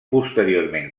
posteriorment